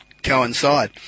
coincide